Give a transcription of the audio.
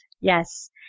Yes